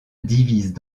divisent